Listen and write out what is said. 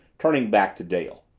turning back to dale.